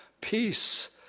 peace